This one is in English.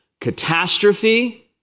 Catastrophe